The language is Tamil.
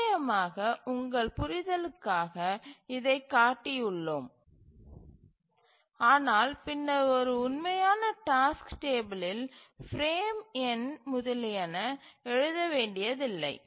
நிச்சயமாக உங்கள் புரிதலுக்காக இதைக் காட்டியுள்ளோம் ஆனால் பின்னர் ஒரு உண்மையான டாஸ்க்கு டேபிலில் பிரேம் எண் முதலியன எழுத வேண்டியதில்லை